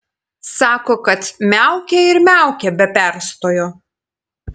sako kad miaukia ir miaukia be perstojo